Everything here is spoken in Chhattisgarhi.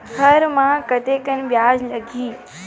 हर माह कतेकन ब्याज लगही?